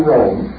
Rome